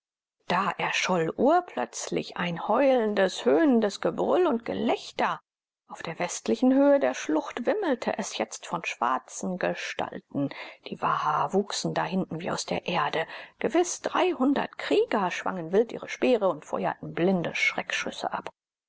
da erscholl urplötzlich ein heulendes höhnendes gebrüll und gelächter auf der westlichen höhe der schlucht wimmelte es jetzt von schwarzen gestalten die waha wuchsen da hinten wie aus der erde gewiß dreihundert krieger schwangen wild ihre speere und feuerten blinde schreckschüsse ab